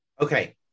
Okay